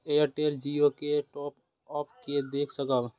Airtel Jio के top up के देख सकब?